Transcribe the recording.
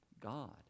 God